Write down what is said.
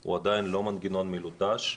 הוא עדיין לא מנגנון מלוטש.